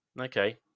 Okay